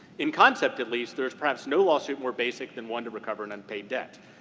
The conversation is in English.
in concept, at least, there is perhaps no lawsuit more basic than one to recover an unpaid debt.